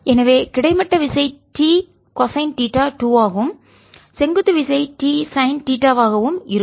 எனவே கிடைமட்ட விசை T கொசைன் தீட்டா 2 ஆகவும் செங்குத்து விசை T சைன் தீட்டா வாகவும் இருக்கும்